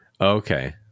Okay